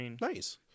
Nice